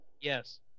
Yes